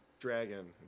dragon